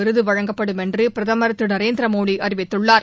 விருதுவழங்கப்படும் என்றுபிரதமர் திருநரேந்திரமோடிஅறிவித்துள்ளார்